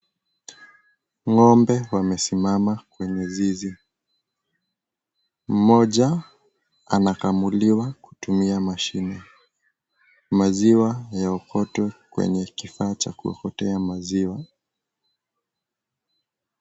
Ng'ombe wamesimama kwenye zizi. Moja anakamuliwa kutumia mashine. Maziwa yaokotwa kwenye kifaa cha kuokotea maziwa.